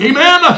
Amen